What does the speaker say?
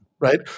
right